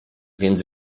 więc